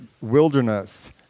wilderness